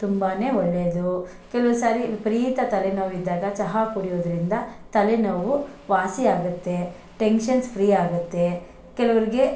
ತುಂಬಾ ಒಳ್ಳೆದು ಕೆಲವು ಸಾರಿ ವಿಪರೀತ ತಲೆನೋವಿದ್ದಾಗ ಚಹಾ ಕುಡಿಯೋದರಿಂದ ತಲೆನೋವು ವಾಸಿಯಾಗುತ್ತೆ ಟೆಂಗ್ಷನ್ಸ್ ಫ್ರೀ ಆಗುತ್ತೆ ಕೆಲವರ್ಗೆ